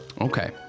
Okay